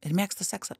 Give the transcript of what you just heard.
ir mėgsta seksą